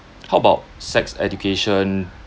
how about sex education